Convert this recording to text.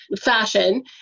fashion